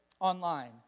online